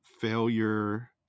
failure